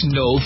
no